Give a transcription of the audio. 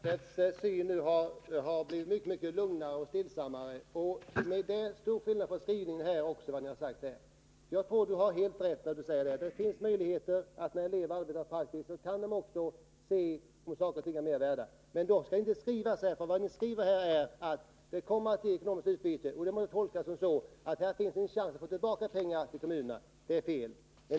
Herr talman! Jag tycker att Claes Elmstedt nu har blivit mycket lugnare. Det är stor skillnad mellan skrivningen och vad som har sagts här i kammaren. Jag tror att ni har helt rätt när ni säger att eleverna när de arbetar praktiskt också lättare kan se vad saker är värda. Men ni skriver att det kommer att ge ekonomiskt utbyte, vilket måste tolkas så, att det finns en chans att få tillbaka pengar i kommunerna. Det är fel.